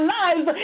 lives